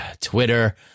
Twitter